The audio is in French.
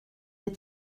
des